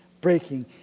Breaking